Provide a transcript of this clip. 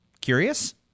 Curious